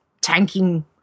tanking